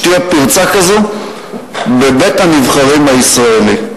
שתהיה פרצה כזאת בבית-הנבחרים הישראלי.